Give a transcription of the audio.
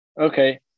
okay